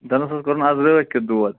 دَنٛدَس حظ کوٚرُن آز راتھ کیُتھ دود